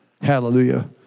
Hallelujah